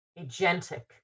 agentic